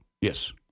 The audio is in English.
Yes